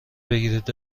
بگیرید